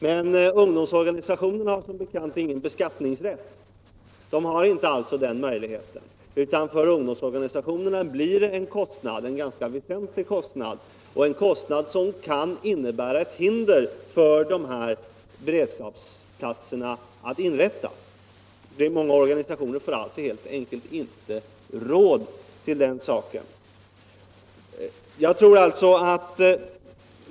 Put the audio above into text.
Men ungdomsorganisationerna har som bekant ingen beskattningsrätt. De har alltså inte den möjligheten att kompensera dessa 25 H, utan för ungdomsorganisationerna blir det en ganska väsentlig kostnad och en kostnad som kan innebära ett hinder för inrättande av sådana här beredskapsarbeten. Många organisationer får alltså helt enkelt inte råd till det.